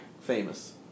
Famous